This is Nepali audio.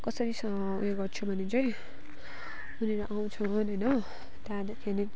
कसरी उयो गर्छु भने चाहिँ उनीहरू आउँछन् होइन त्यहाँदेखि